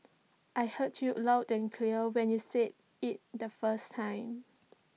I heard you loud and clear when you said IT the first time